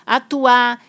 atuar